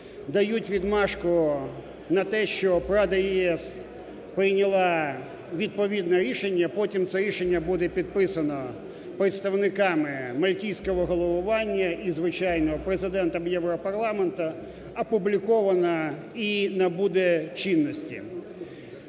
дають відмашку на те, щоб Рада ЄС прийняла відповідне рішення, потім це рішення буде підписано представниками мальтійського голосування і, звичайно, Президентом Європарламенту, опубліковане і набуде чинності.